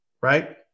right